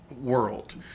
world